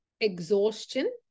exhaustion